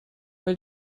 weil